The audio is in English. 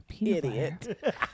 Idiot